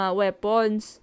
weapons